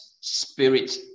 spirit